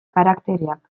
karaktereak